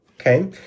okay